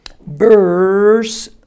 verse